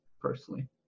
personally